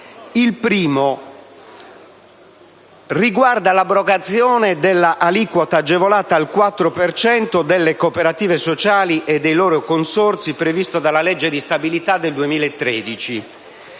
Il primo riguarda l'abrogazione dell'aliquota agevolata al 4 per cento delle cooperative sociali e dei loro consorzi, come previsto dalla legge di stabilità per il 2013.